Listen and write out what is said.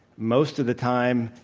most of the time,